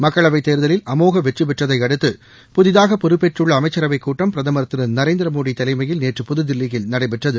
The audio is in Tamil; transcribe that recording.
மக்களவைத் தேர்தலில் அமோகவெற்றிபெற்றதைஅடுத்து புதிதாகபொறுப்பேற்றுள்ளஅமைச்சரவைக் கூட்டம் பிரதமர் திருநரேந்திரமோடிதலைமையில் நேற்று புதுதில்லியில் நடைபெற்றது